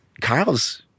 Kyle's